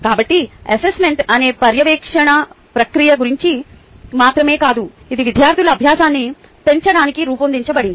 కాబట్టి అసెస్మెంట్ అనేది పర్యవేక్షణ ప్రక్రియ గురించి మాత్రమే కాదు ఇది విద్యార్థుల అభ్యాసాన్ని పెంచడానికి రూపొందించబడింది